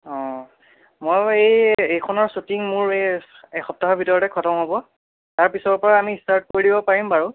অঁ মই এই এইখনৰ শ্বুটিং মোৰ এই এসপ্তাহৰ ভিতৰতে খটম হ'ব তাৰ পিছৰ পৰা আমি ষ্টাৰ্ট কৰি দিব পাৰিম বাৰু